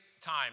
time